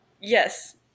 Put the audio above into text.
Yes